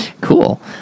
Cool